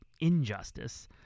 injustice